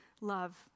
love